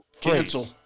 cancel